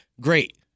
great